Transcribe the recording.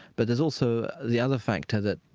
but there's also the other factor that,